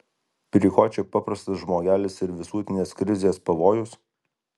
prie ko čia paprastas žmogelis ir visuotinės krizės pavojus